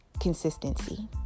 consistency